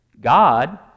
God